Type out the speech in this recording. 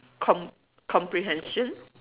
com~ comprehension